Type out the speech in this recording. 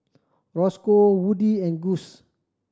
Rosco Woodie and Gust